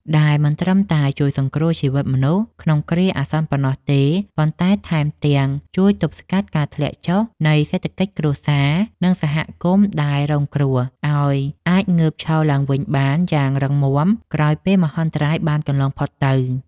ដែលមិនត្រឹមតែជួយសង្គ្រោះជីវិតមនុស្សក្នុងគ្រាអាសន្នប៉ុណ្ណោះទេ ប៉ុន្តែថែមទាំងជួយទប់ស្កាត់ការធ្លាក់ចុះនៃសេដ្ឋកិច្ចគ្រួសារ និងសហគមន៍ដែលរងគ្រោះ ឱ្យអាចងើបឈរឡើងវិញបានយ៉ាងរឹងមាំក្រោយពេលមហន្តរាយបានកន្លងផុតទៅ។